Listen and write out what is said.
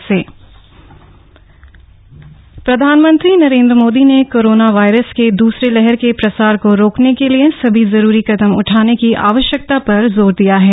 PM CM meet प्रधानमंत्री नरेन्द्र मोदी ने corona virus के दूसरी लहर के प्रसार को रोकने के लिए सभी जरूरी कदम उठाने की आवश्यकता पर जोर दिया है